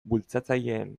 bultzatzaileen